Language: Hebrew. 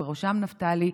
ובראשם נפתלי,